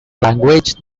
language